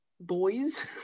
boys